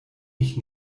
mich